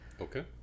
Okay